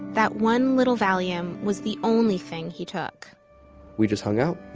that one little valium was the only thing he took we just hung out.